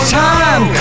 time